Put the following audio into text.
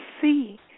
see